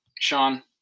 Sean